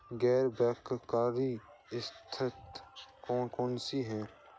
गैर बैंककारी संस्थाएँ कौन कौन सी हैं?